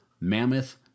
Mammoth